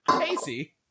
Casey